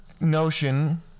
notion